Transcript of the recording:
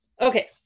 Okay